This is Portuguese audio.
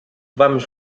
vamos